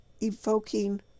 evoking